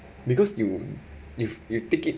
because you if you take it